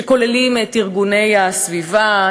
שכוללים את ארגוני הסביבה,